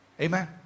Amen